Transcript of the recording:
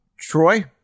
Troy